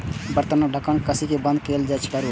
बर्तनक ढक्कन कसि कें बंद कैल करू